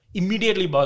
immediately